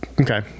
okay